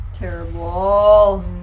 Terrible